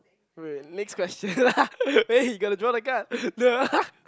wait next question wait you gotta draw the card no